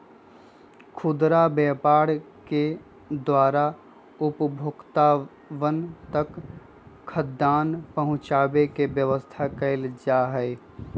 खुदरा व्यापार के द्वारा उपभोक्तावन तक खाद्यान्न पहुंचावे के व्यवस्था कइल जाहई